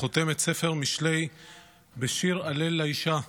חותם את ספר משלי בשיר הלל לאישה.